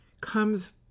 comes